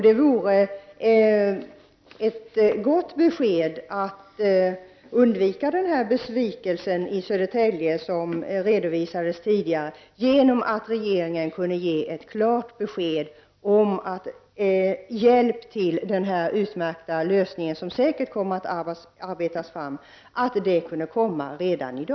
Ett bra sätt att undvika den besvikelse som redovisades tidigare när det gäller Södertälje skulle vara att regeringen i dag gav ett klart besked om att man skall hjälpa till, så att vi får den utmärkta lösning som jag är säker på att det går att komma fram till.